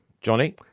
Johnny